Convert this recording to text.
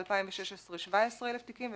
ב-2016 נפתחו 17,000 תיקים,